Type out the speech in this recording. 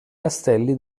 castelli